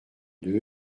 deux